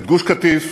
את גוש-קטיף,